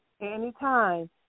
anytime